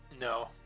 no